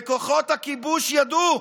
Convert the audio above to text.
וכוחות הכיבוש ידעו,